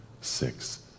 six